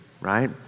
right